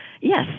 Yes